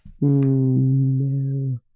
No